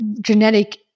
genetic